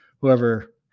whoever